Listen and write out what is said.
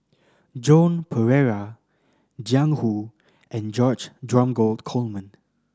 Joan Pereira Jiang Hu and George Dromgold Coleman